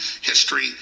history